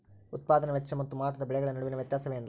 ಉತ್ಪದಾನೆ ವೆಚ್ಚ ಮತ್ತು ಮಾರಾಟದ ಬೆಲೆಗಳ ನಡುವಿನ ವ್ಯತ್ಯಾಸವೇ ಲಾಭ